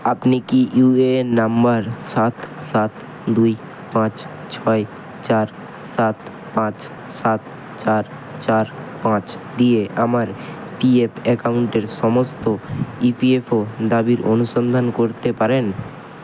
আপনি কি UAN number সাত সাত দুই পাঁচ ছয় চার সাত পাঁচ সাত চার চার পাঁচ দিয়ে আমার পিএফ অ্যাকাউন্টের সমস্ত ইপিএফও দাবির অনুসন্ধান করতে পারেন